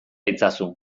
itzazu